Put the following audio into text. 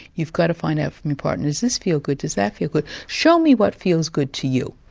you've got to find out from your partner, does this feel good? does that feel good? show me what feels good to you.